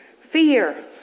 fear